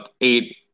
eight